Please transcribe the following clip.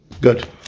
Good